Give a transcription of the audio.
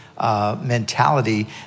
mentality